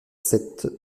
sept